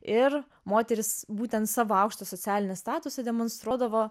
ir moterys būtent savo aukštą socialinį statusą demonstruodavo